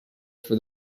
for